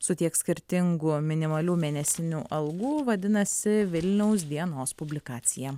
su tiek skirtingų minimalių mėnesinių algų vadinasi vilniaus dienos publikacija